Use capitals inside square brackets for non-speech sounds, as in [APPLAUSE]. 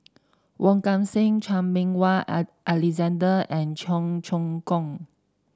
Wong Kan Seng Chan Meng Wah [UNINTELLIGIBLE] Alexander and Cheong Choong Kong